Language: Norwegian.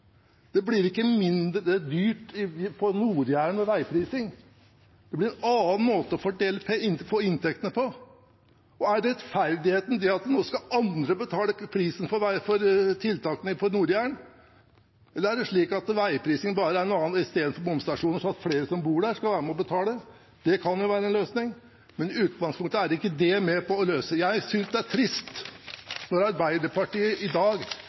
Det blir ikke mindre dyrt på Nord-Jæren med veiprising. Det blir en annen måte å få inntektene på. Er rettferdigheten det at nå skal andre betale prisen for tiltakene på Nord-Jæren, eller er det slik at veiprising bare er en annen måte, istedenfor bomstasjoner, sånn at flere som bor der, skal være med på å betale? Det kan jo være en løsning, men i utgangspunktet er ikke det med på å løse det. Jeg synes det er trist når Arbeiderpartiet i dag